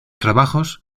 trabajos